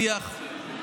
על שיח בונה,